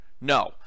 No